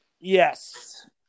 Yes